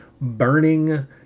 burning